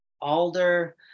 alder